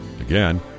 Again